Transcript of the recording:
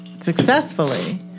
successfully